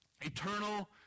Eternal